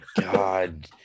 god